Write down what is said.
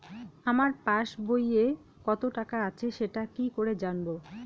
আমার পাসবইয়ে কত টাকা আছে সেটা কি করে জানবো?